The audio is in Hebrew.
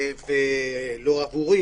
לא עבורי,